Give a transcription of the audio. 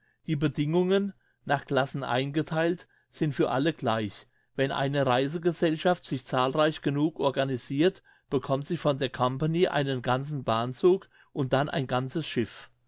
die bedingungen nach classen eingetheilt sind für alle gleich wenn eine reisegesellschaft sich zahlreich genug organisirt bekommt sie von der company einen ganzen bahnzug und dann ein ganzes schiff